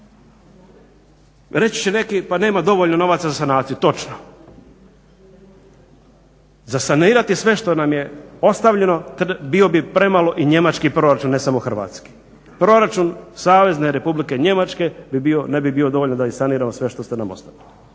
reći će neki pa nema dovoljno novaca za sanaciju. Točno. Za sanirati sve što nam je ostavljeno bio bi premalo i njemački proračun, ne samo hrvatski. Proračun Savezne Republike Njemačke ne bi bio dovoljan da saniramo sve što ste nam ostavili.